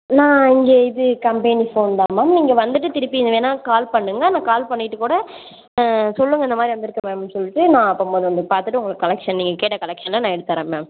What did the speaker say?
நான் இங்கே இது கம்பெனி ஃபோன்தான் மேம் நீங்கள் வந்துவிட்டு திருப்பி வேணா கால் பண்ணுங்கள் நான் கால் பண்ணிவிட்டுகூட சொல்லுங்கள் நான் இந்தமாதிரி வந்துயிருக்கேன் மேம் சொல்லிட்டு நான் அப்போம்போது வந்து பார்த்துட்டு நான் உங்களுக்கு கலெக்க்ஷன் நீங்கள் கேட்ட கலெக்க்ஷனை நான் எடுத்துத் தரேன் மேம்